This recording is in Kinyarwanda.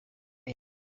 aya